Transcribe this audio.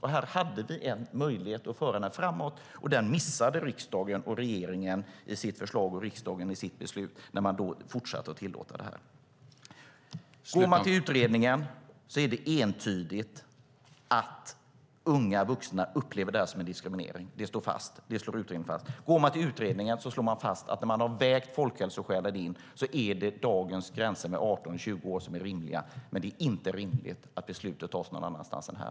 Här hade vi en möjlighet att föra den framåt, och den missade regeringen i sitt förslag och riksdagen i sitt beslut när man fortsatte att tillåta det här. Går man till utredningen är det entydigt att unga vuxna upplever det här som diskriminering. Det slår utredningen fast. Utredningen slår fast att när man har vägt in folkhälsoskälet är dagens gränser med 18 och 20 år rimliga. Det är inte rimligt att beslutet tas någon annanstans än här.